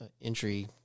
entry